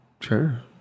Sure